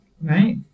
right